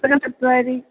पुस्तकं दत्वा यदि